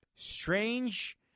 strange